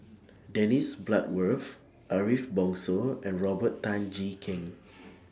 Dennis Bloodworth Ariff Bongso and Robert Tan Jee Keng